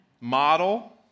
model